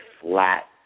flat